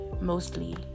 mostly